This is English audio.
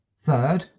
Third